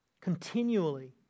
continually